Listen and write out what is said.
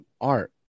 art